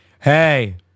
hey